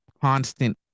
constant